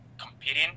competing